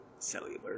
cellular